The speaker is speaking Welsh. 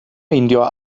meindio